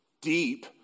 deep